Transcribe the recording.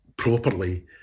properly